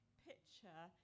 picture